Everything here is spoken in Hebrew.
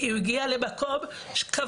כי הוא הגיע למקום כבוש',